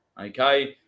Okay